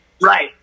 Right